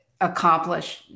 accomplish